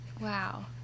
Wow